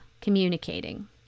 communicating